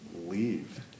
leave